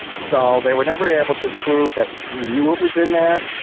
so they were never able to prove that we knew it was in there.